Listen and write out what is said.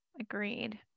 Agreed